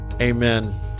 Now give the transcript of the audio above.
amen